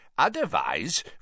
Otherwise